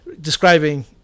describing